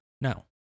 No